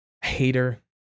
hater